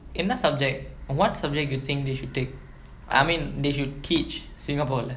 என்ன:enna subject what subject you think they should take I mean they should teach singapore lah